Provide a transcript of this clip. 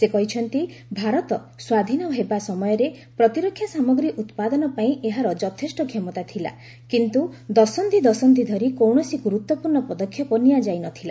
ସେ କହିଛନ୍ତି ଭାରତ ସ୍ୱାଧୀନ ହେବା ସମୟରେ ପ୍ରତିରକ୍ଷା ସାମଗ୍ରୀ ଉତ୍ପାଦନ ପାଇଁ ଏହାର ଯଥେଷ୍ଟ କ୍ଷମତା ଥିଲା କିନ୍ତୁ ଦଶନ୍ଧି ଦଶନ୍ଧି ଧରି କୌଣସି ଗୁରୁତ୍ୱପୂର୍ଷ୍ଣ ପଦକ୍ଷେପ ନିଆଯାଇ ନଥିଲା